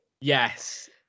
Yes